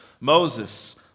Moses